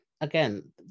again